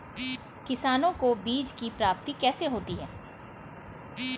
किसानों को बीज की प्राप्ति कैसे होती है?